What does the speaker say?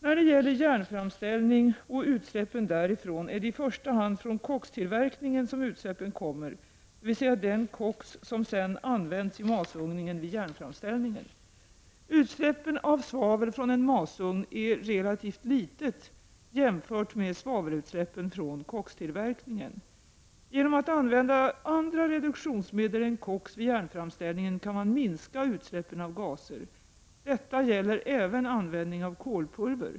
När det gäller järnframställningen och utsläppen därifrån är det i första hand från kokstillverkningen som utsläppen kommer, dvs. den koks som sedan används i masugnen vid järnframställningen. Utsläppen av svavel från en masugn är relativt små, jämfört med svavelutsläppen från kokstillverkningen. Genom att använda andra reduktionsmedel än koks vid järnframställningen kan man minska utsläppen av gaser. Detta gäller även användningen av kolpulver.